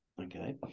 Okay